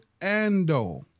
Ando